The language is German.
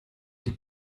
die